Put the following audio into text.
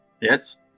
Yes